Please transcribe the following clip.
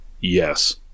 Yes